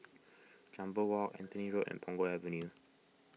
Jambol Walk Anthony Road and Punggol Avenue